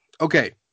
Okay